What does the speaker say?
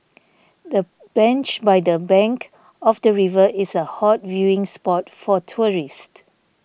the bench by the bank of the river is a hot viewing spot for tourists